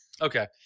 Okay